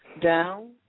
down